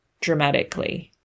dramatically